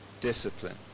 Discipline